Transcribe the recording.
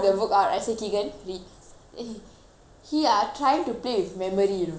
then he he ah trying to play with memory you know okay he he think I very stupid